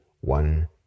one